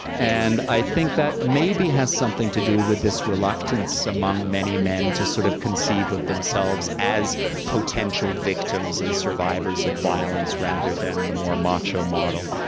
and i think that maybe has something to do with this reluctance among many men to sort of conceive of themselves as potential victims and survivors of violence rather than the more macho model.